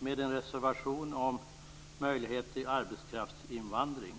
Moderaternas reservation om möjlighet till arbetskraftsinvandring